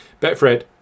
Betfred